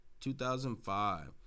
2005